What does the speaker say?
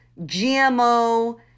GMO